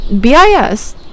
BIS